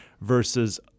versus